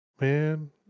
man